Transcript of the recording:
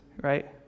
right